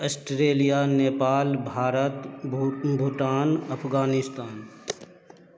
Australia Nepal Bharat Bhutan Afghanistan